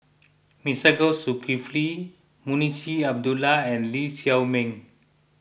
Masagos Zulkifli Munshi Abdullah and Lee Shao Meng